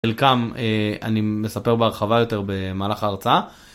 חלקם אני מספר בהרחבה יותר במהלך ההרצאה.